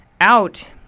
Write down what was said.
out